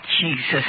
Jesus